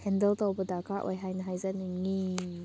handle ꯇꯧꯕ ꯗꯔꯀꯥꯔ ꯑꯣꯏ ꯍꯥꯏꯅ ꯍꯥꯏꯖꯅꯤꯡꯉꯤ